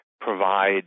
provide